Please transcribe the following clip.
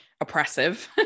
oppressive